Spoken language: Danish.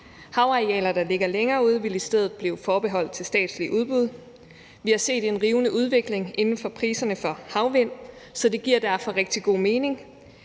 Havarealer, der ligger længere ude, vil i stedet blive forbeholdt statslige udbud. Vi har set en rivende udvikling inden for priserne ved havvind, så det giver derfor rigtig god mening,